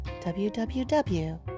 www